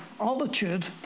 altitude